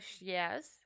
Yes